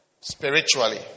spiritually